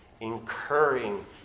incurring